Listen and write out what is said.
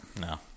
No